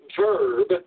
verb